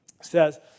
says